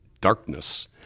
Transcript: darkness